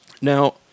Now